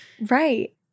Right